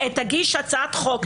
תגיש הצעת חוק,